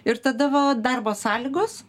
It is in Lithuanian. ir tada vo darbo sąlygos